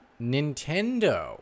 nintendo